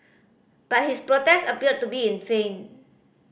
but his protest appeared to be in vain